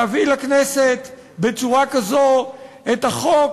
להביא לכנסת בצורה כזאת את החוק